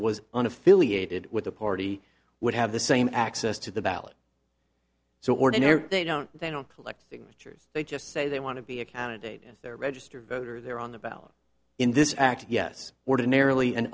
was on affiliated with the party would have the same access to the ballot so ordinary they don't they don't collect signatures they just say they want to be a candidate if they're registered voter there on the ballot in this act yes ordinarily an